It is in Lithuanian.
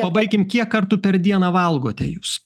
pabaikim kiek kartų per dieną valgote jūs